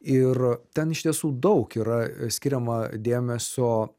ir ten iš tiesų daug yra skiriama dėmesio